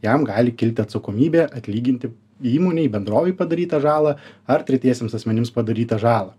jam gali kilti atsakomybė atlyginti įmonei bendrovei padarytą žalą ar tretiesiems asmenims padarytą žalą